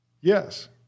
Yes